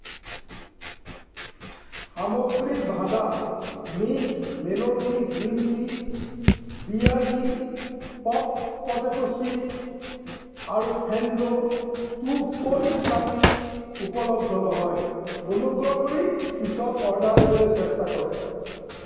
সামগ্ৰী ভাদাম mint melody green tea B R B pop potato chips আৰু ফেন্দো টু ফ'ল্ড ছাতি উপলব্ধ নহয় অনুগ্ৰহ কৰি পিছত অৰ্ডাৰ দিবলৈ চেষ্টা কৰক